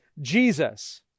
Jesus